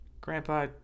grandpa